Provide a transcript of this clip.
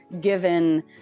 given